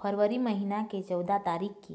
फरवरी महिना के चउदा तारीख के